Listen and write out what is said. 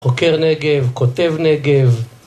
חוקר נגב, כותב נגב.